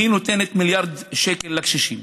נותנת 1 מיליארד שקל לקשישים,